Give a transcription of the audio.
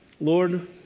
Lord